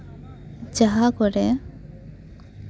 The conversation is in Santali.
ᱡᱟᱦᱟᱸ ᱠᱚᱨᱮᱜ